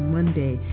Monday